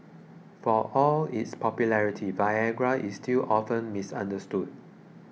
for all its popularity Viagra is still often misunderstood